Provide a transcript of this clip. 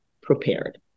prepared